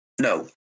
No